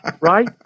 Right